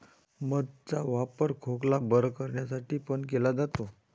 मध चा वापर खोकला बरं करण्यासाठी पण केला जातो